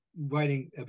writing